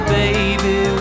baby